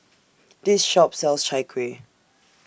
This Shop sells Chai Kueh